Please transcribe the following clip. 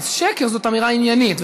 אז שקר זאת אמירה עניינית.